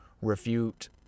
refute